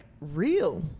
real